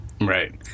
Right